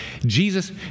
Jesus